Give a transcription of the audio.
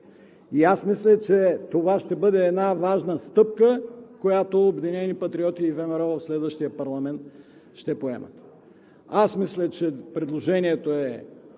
Мисля, че това ще бъде една важна стъпка, която „Обединени патриоти“ и ВМРО в следващия парламент ще поемат. Аз мисля, че предложението е